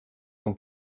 son